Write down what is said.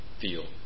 feel